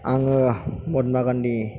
आङो महात्मा गान्धी